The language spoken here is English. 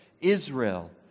Israel